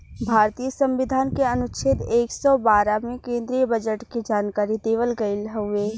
भारतीय संविधान के अनुच्छेद एक सौ बारह में केन्द्रीय बजट के जानकारी देवल गयल हउवे